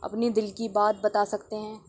اپنی دل کی بات بتا سکتے ہیں